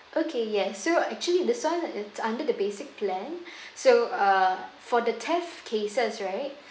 okay yes so actually this one it's under the basic plan so uh for the theft cases right